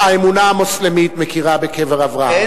האמונה המוסלמית מכירה בקבר אברהם,